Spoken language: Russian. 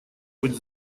быть